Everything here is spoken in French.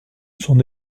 son